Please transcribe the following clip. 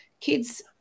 kids